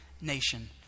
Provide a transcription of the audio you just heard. nation